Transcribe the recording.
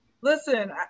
listen